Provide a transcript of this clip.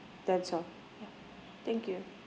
that's all ya thank you